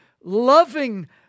loving